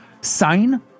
sign